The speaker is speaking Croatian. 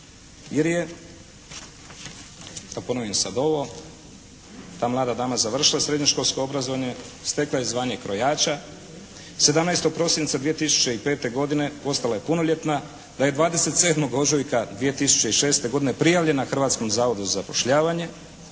jer je, da ponovim sad ovo, ta mlada dama završila srednjoškolsko obrazovanje, stekla je zvanje krojača, 17. prosinca 2005. godine postala je punoljetna, da je 27. ožujka 2006. godine prijavljena Hrvatskom zavodu za zapošljavanje,